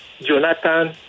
Jonathan